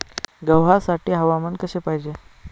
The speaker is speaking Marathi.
गव्हासाठी हवामान कसे पाहिजे?